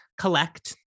Collect